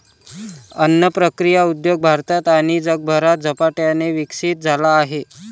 अन्न प्रक्रिया उद्योग भारतात आणि जगभरात झपाट्याने विकसित झाला आहे